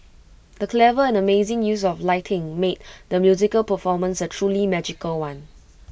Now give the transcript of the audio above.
the clever and amazing use of lighting made the musical performance A truly magical one